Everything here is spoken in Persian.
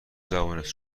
زبونت